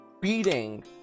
beating